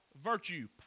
virtue